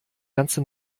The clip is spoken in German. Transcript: ganze